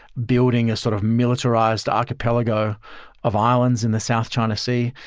building a sort of militarized archipelago of islands in the south china sea.